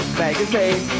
magazine